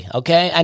okay